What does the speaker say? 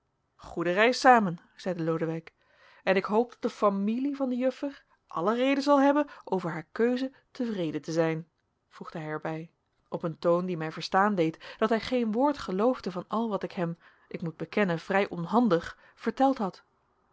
goede reis samen zeide lodewijk en ik hoop dat de familie van de juffer alle reden zal hebben over haar keuze tevreden te zijn voegde hij er bij op een toon die mij verstaan deed dat hij geen woord geloofde van al wat ik hem ik moet bekennen vrij onhandig verteld had